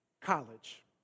college